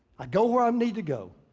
i go where i um need to go.